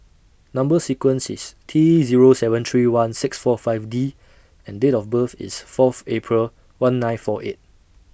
Number sequence IS T Zero seven three one six four five D and Date of birth IS Fourth April one nine four eight